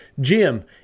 Jim